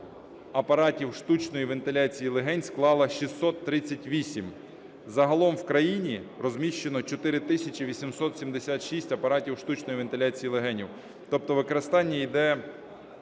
апаратів штучної вентиляції легень склала 638. Загалом в країні розміщено 4 тисячі 876 апаратів штучної вентиляції легенів, тобто використання йде